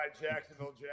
Jacksonville